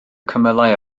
cymylau